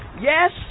yes